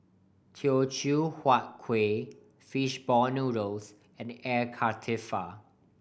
Teochew Huat Kueh fishball noodles and Air Karthira